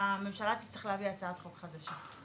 הממשלה תצטרך להביא הצעת חוק חדשה.